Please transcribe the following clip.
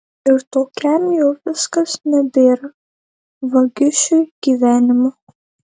ir tokiam jau viskas nebėra vagišiui gyvenimo